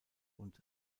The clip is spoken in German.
und